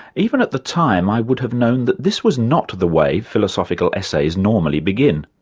even at the time, i would have known that this was not the way philosophical essays normally begin.